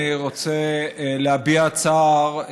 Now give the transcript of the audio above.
אני רוצה להביע צער,